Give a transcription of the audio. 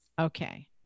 Okay